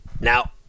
Now